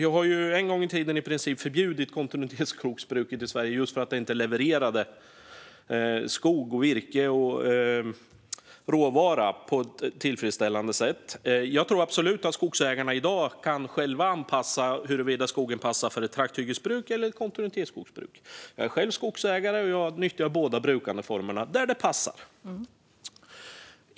Vi har en gång i tiden i princip förbjudit kontinuitetsskogsbruket i Sverige just för att det inte levererade skog, virke och råvara på ett tillfredsställande sätt. Jag tror absolut att skogsägarna i dag själva kan avgöra huruvida skogen passar för ett trakthyggesbruk eller ett kontinuitetsskogsbruk. Jag är själv skogsägare, och jag nyttjar båda brukandeformerna där det passar.